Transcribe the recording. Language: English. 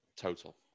total